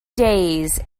days